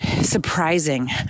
surprising